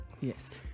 Yes